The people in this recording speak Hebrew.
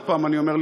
עוד פעם אני אומר,